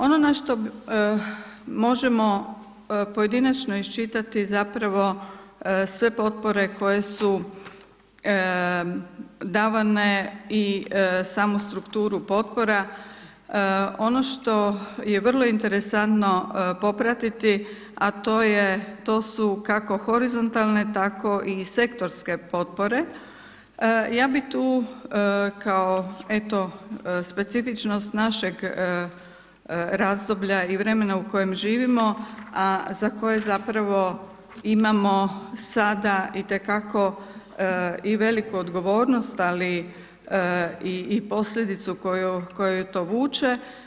Ono na što možemo pojedinačno iščitati zapravo sve potpore koje su davane i samo strukturu potpora, ono što je vrlo interesantno popratiti, a to je, to su kako horizontalne, tako i sektorske potpore, ja bi tu kao eto, specifičnost našeg razdoblja i vremena u kojem živimo, a za koje zapravo imamo sada itekako i veliku odgovornost ali i posljedicu koja to vuče.